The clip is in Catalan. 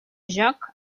joc